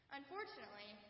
Unfortunately